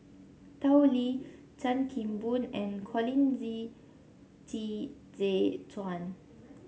Tao Li Chan Kim Boon and Colin Zi Qi Zhe Quan